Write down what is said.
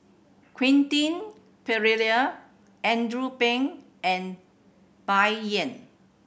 Quentin Pereira Andrew Phang and Bai Yan